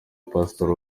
pasitori